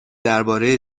درباره